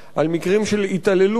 על מקרים של התעללות בבעלי-חיים,